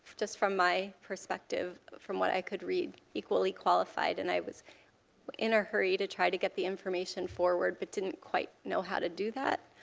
just from my perspective, from what i could read, equally qualified. and i was in a hurry to try to get the information forward, but didn't quite know how to do that.